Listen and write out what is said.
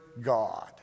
God